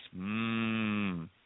Mmm